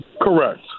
correct